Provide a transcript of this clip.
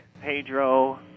Pedro